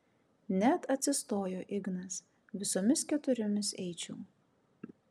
net atsistojo ignas visomis keturiomis eičiau